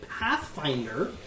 Pathfinder